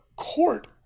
Court